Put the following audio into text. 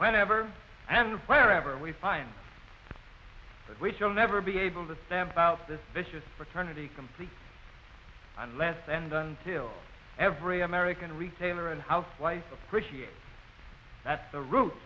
whenever and wherever we find that which will never be able to stamp out this vicious fraternity complete unless and until every american retailer and housewife appreciates that's the root